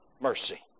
mercy